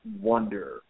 wonder